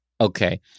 Okay